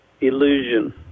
illusion